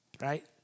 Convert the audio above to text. right